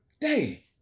day